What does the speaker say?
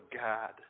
God